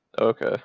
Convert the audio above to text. Okay